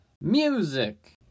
music